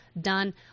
done